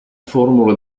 formula